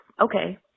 okay